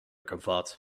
cravat